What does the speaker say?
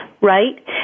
right